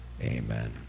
amen